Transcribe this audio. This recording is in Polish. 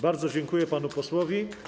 Bardzo dziękuję panu posłowi.